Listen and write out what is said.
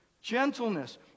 gentleness